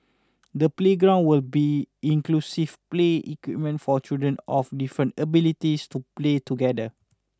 the playground will be inclusive play equipment for children of different abilities to play together